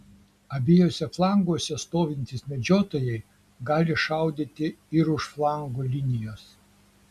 abiejuose flanguose stovintys medžiotojai gali šaudyti ir už flangų linijos